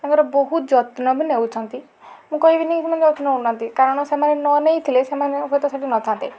ତାଙ୍କର ବହୁତ ଯତ୍ନ ବି ନେଉଛନ୍ତି ମୁଁ କହିବିନି କି ସେମାନେ ଯତ୍ନ ନେଉନାହାଁନ୍ତି କାରଣ ସେମାନେ ନ ନେଇଥିଲେ ସେମାନେ ହୁଏତ ସେଠି ନଥାନ୍ତେ